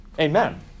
Amen